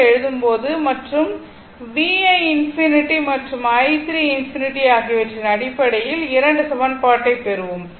L எழுதும் போது மற்றும் V1∞ மற்றும் i3∞ ஆகியவற்றின் அடிப்படையில் 2 சமன்பாட்டைப் பெறுவோம்